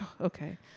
okay